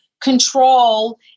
control